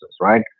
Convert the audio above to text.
right